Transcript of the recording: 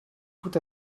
tout